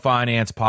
Finance